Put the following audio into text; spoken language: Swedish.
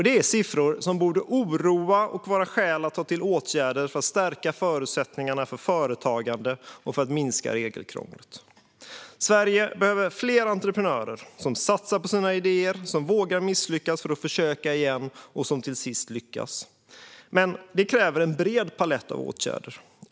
Det är siffror som borde oroa och vara skäl att ta till åtgärder för att stärka förutsättningarna för företagande och för att minska regelkrånglet. Sverige behöver fler entreprenörer som satsar på sina idéer, som vågar misslyckas för att försöka igen och som till sist lyckas. Det kräver en bred palett av åtgärder.